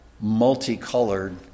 multicolored